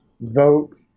vote